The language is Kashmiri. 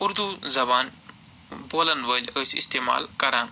اُردوٗ زَبان بولَن وٲلۍ ٲسۍ استعمال کران